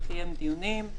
לקיים דיונים.